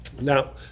Now